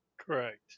Correct